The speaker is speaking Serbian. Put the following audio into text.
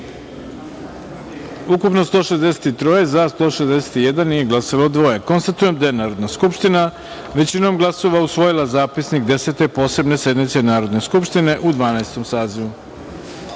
ukupno – 163, za – 161, nije glasalo – dvoje. Konstatujem da je Narodna skupština većinom glasova usvojila Zapisnik Desete posebne sednice Narodne skupštine u Dvanaestom